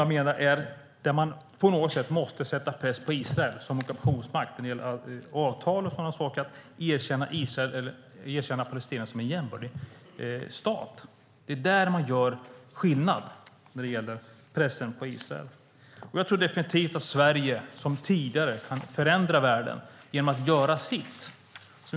Jag menar att man på något sätt måste sätta press på Israel som ockupationsmakt när det gäller avtal och att erkänna Palestina som en jämbördig stat. Det är där man gör skillnad när det gäller pressen på Israel. Jag tror definitivt att Sverige, som tidigare, kan förändra världen genom att göra sitt.